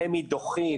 רשות מקרקעי ישראל דוחים